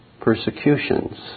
persecutions